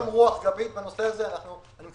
יש היום רוח גבית בנושא הזה.